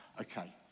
Okay